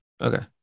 Okay